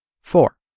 Four